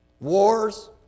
wars